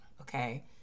Okay